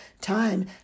Time